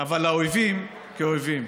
אבל לאויבים, כאל אויבים.